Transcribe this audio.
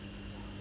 ,S.